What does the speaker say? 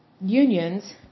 unions